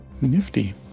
nifty